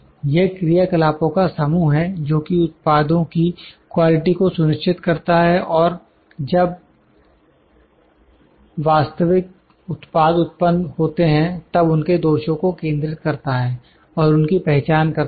यह क्रियाकलापों का समूह है जो कि उत्पादों की क्वालिटी को सुनिश्चित करता है और जब वास्तविक उत्पाद उत्पन्न होते हैं तब उनके दोषों को केंद्रित करता है और उनकी पहचान करता है